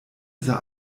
sah